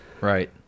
Right